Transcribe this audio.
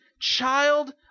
child